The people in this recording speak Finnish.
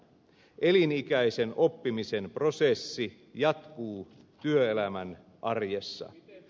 elinikäisen oppimisen prosessi jatkuu työelämän arjessa